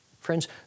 Friends